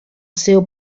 seu